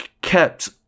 kept